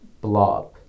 blob